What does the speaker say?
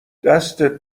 دستت